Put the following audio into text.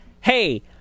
hey